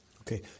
Okay